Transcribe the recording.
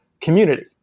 community